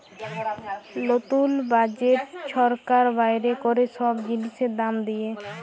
লতুল বাজেট ছরকার বাইর ক্যরে ছব জিলিসের দাম দিঁয়ে